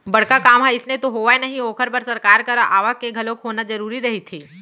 बड़का काम ह अइसने तो होवय नही ओखर बर सरकार करा आवक के घलोक होना जरुरी रहिथे